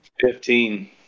Fifteen